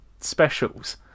specials